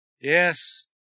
Yes